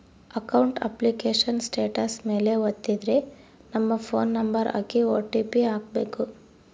account application status ಮೇಲೆ ವತ್ತಿದ್ರೆ ನಮ್ ಫೋನ್ ನಂಬರ್ ಹಾಕಿ ಓ.ಟಿ.ಪಿ ಹಾಕ್ಬೆಕು